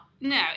no